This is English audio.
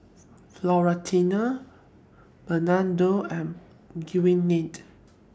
Florentino Bernardo and Gwyneth